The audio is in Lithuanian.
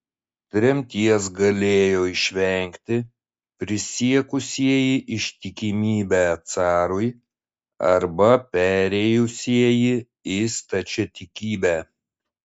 tremties galėjo išvengti prisiekusieji ištikimybę carui arba perėjusieji į stačiatikybę